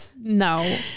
No